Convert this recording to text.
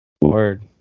Word